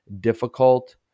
difficult